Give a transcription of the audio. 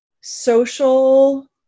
social